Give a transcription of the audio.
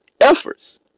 efforts